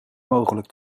mogelijk